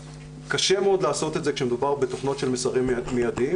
קשה מאוד לעשות את זה כאשר מדובר בתוכנות של מסרים מידיים.